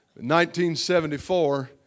1974